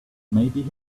maybe